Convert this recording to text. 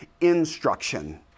instruction